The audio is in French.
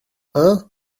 hein